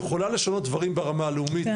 היא יכולה לשנות דברים ברמה הלאומית,